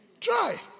Try